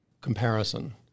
comparison